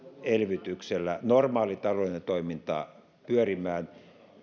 elvytyksellä normaali taloudellinen toiminta pyörimään